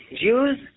Jews